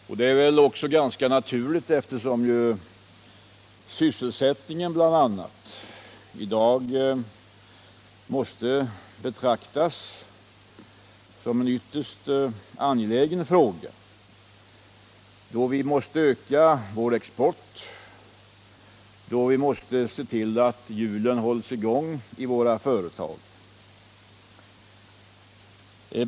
Detta är väl också ganska naturligt, eftersom sysselsättningen i dagens läge måste betraktas som en ytterst angelägen fråga, då vi måste öka vår export och då vi måste se till att hjulen hålls i gång i våra företag.